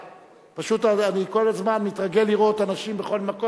פשוט אני כל הזמן מתרגל לראות אנשים בכל מקום,